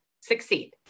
succeed